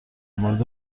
مورد